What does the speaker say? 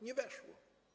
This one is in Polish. Nie weszło.